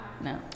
No